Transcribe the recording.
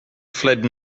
fled